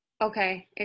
Okay